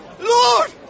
Lord